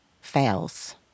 fails